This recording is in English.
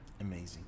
Amazing